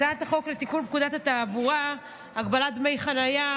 הצעת החוק לתיקון פקודת התעבורה (הגבלת דמי חניה)